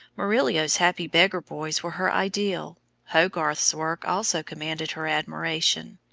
murillo's happy beggar boys were her ideal hogarth's work also commanded her admiration.